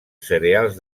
cereals